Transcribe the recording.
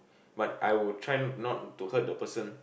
but I will try not to hurt the person